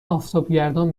آفتابگردان